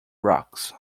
rocks